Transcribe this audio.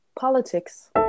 politics